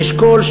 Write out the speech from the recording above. אשכול,